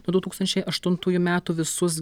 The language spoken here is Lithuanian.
nuo du tūkstančiai aštuntųjų metų visus